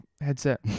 Headset